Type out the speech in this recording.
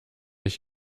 ich